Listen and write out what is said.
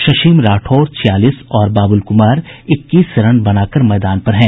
शशीम राठौर छियालीस और बाबुल कुमार इक्कीस रन बनाकर मैदान पर हैं